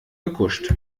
gekuscht